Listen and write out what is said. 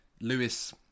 Lewis